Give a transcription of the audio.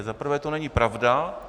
Za prvé to není pravda.